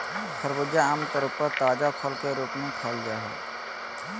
खरबूजा आम तौर पर ताजा फल के रूप में खाल जा हइ